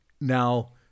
Now